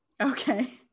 Okay